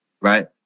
right